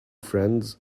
friends